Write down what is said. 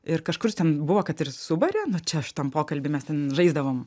ir kažkur ten buvo kad ir subarė nu čia aš tam pokalby mes ten žaisdavom